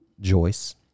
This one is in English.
Joyce